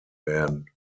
werden